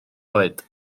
oed